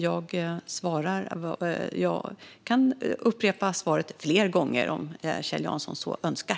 Jag kan upprepa svaren fler gånger om Kjell Jansson så önskar.